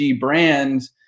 brands